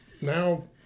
now